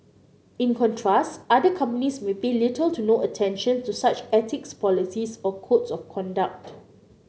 in contrast other companies may pay little to no attention to such ethics policies or codes of conduct